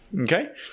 Okay